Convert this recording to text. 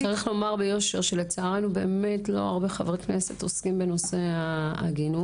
צריך לומר ביושר שלצערנו באמת לא הרבה חברי כנסת עוסקים בנושא העגינות,